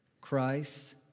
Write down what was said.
Christ